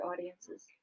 audiences